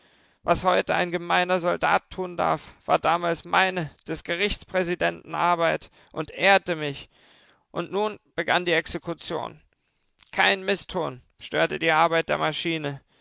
was heute ein gemeiner soldat tun darf war damals meine des gerichtspräsidenten arbeit und ehrte mich und nun begann die exekution kein mißton störte die arbeit der maschine